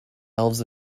elves